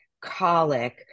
colic